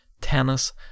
Tennis